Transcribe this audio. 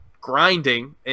grinding